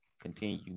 Continue